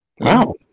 Wow